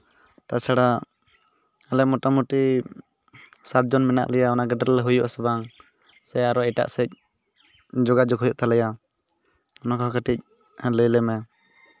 ᱛᱟᱪᱷᱟᱲᱟ ᱟᱞᱮ ᱢᱚᱴᱟᱢᱩᱴᱤ ᱥᱟᱛ ᱡᱚᱱ ᱢᱮᱱᱟᱜ ᱞᱮᱭᱟ ᱚᱱᱟ ᱜᱟᱹᱰᱤ ᱨᱮᱞᱮ ᱦᱩᱭᱩᱜᱼᱟᱥᱮ ᱵᱟᱝ ᱥᱮ ᱟᱨᱚ ᱮᱴᱟᱜ ᱥᱮᱡ ᱡᱚᱜᱟᱡᱳᱜᱽ ᱦᱩᱭᱩᱜ ᱛᱟᱞᱮᱭᱟ ᱚᱱᱟᱦᱚᱸ ᱠᱟᱹᱴᱤᱡ ᱞᱟᱹᱭ ᱟᱞᱮᱢᱮ